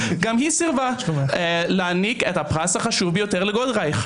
גם היא סירבה להעניק את הפרס החשוב ביותר לגולדרייך.